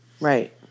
Right